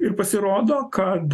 ir pasirodo kad